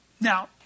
Now